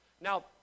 Now